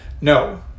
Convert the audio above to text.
No